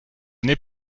n’est